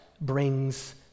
brings